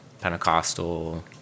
pentecostal